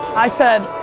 i said,